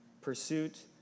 Pursuit